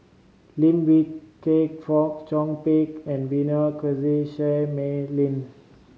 Lim Wee Kiak Fong Chong Pik and Vivien Seah Mei Lin